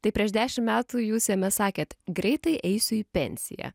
tai prieš dešim metų jūs jame sakėt greitai eisiu į pensiją